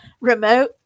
remote